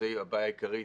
זאת הבעיה העיקרית,